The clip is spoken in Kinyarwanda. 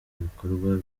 bikorwa